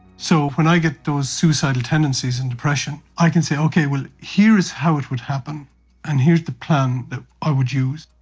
so when i get those suicidal tendencies and depression, i can say, okay, here is how it would happen and here's the plan that i would use.